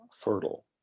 fertile